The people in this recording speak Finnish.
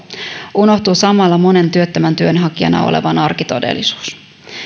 unohtuu samalla monen työttömän työnhakijana olevan arkitodellisuus